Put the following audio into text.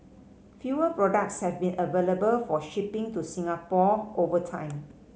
fewer products have been available for shipping to Singapore over time